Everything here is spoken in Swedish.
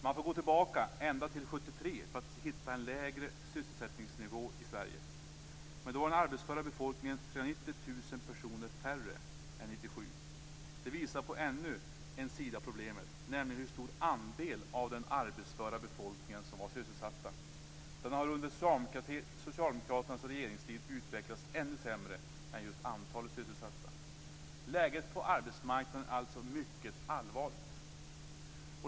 Man får gå tillbaka ända till 1973 för att hitta en lägre sysselsättningsnivå i Sverige. Men då var den arbetsföra befolkningen 390 000 personer färre än 1997. Det visar på ännu en sida av problemet, nämligen hur stor andel av den arbetsföra befolkningen som var sysselsatt. Denna andel har under socialdemokraternas regeringstid utvecklats ännu sämre än just antalet sysselsatta. Läget på arbetsmarknaden är alltså mycket allvarligt.